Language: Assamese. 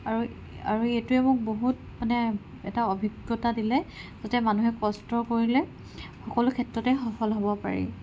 আৰু আৰু এইটোৱে মোক বহুত মানে এটা অভিজ্ঞতা দিলে যাতে মানুহে কষ্ট কৰিলে সকলো ক্ষেত্ৰতে সফল হ'ব পাৰি